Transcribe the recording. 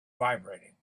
vibrating